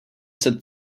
set